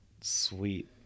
sweet